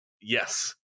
Yes